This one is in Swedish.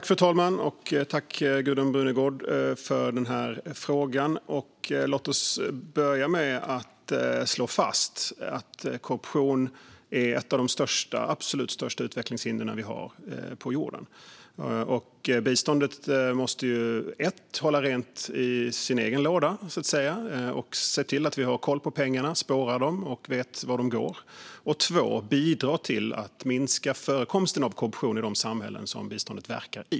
Fru talman! Jag tackar Gudrun Brunegård för denna fråga. Låt mig börja med att slå fast att korruption är ett av de absolut största utvecklingshinder som vi har på jorden. Biståndet måste för det första hålla rent i sin egen låda, så att säga, för att vi ska se till att vi har koll på pengarna - spårar dem och vet var de går. Biståndet måste för det andra bidra till att minska förekomsten av korruption i de samhällen som biståndet verkar i.